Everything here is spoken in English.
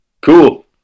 cool